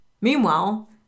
Meanwhile